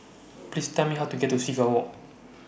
Please Tell Me How to get to Seagull Walk